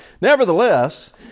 nevertheless